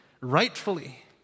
rightfully